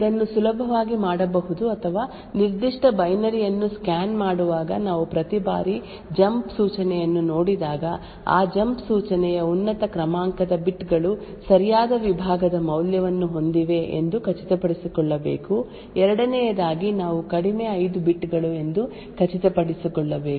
ಆದ್ದರಿಂದ ಇದನ್ನು ಸುಲಭವಾಗಿ ಮಾಡಬಹುದು ಅಥವಾ ನಿರ್ದಿಷ್ಟ ಬೈನರಿ ಯನ್ನು ಸ್ಕ್ಯಾನ್ ಮಾಡುವಾಗ ನಾವು ಪ್ರತಿ ಬಾರಿ ಜಂಪ್ ಸೂಚನೆಯನ್ನು ನೋಡಿದಾಗ ಆ ಜಂಪ್ ಸೂಚನೆಯ ಉನ್ನತ ಕ್ರಮಾಂಕದ ಬಿಟ್ ಗಳು ಸರಿಯಾದ ವಿಭಾಗದ ಮೌಲ್ಯವನ್ನು ಹೊಂದಿವೆ ಎಂದು ಖಚಿತಪಡಿಸಿಕೊಳ್ಳಬೇಕು ಎರಡನೆಯದಾಗಿ ನಾವು ಕಡಿಮೆ 5 ಬಿಟ್ ಗಳು ಎಂದು ಖಚಿತಪಡಿಸಿಕೊಳ್ಳಬೇಕು